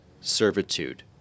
servitude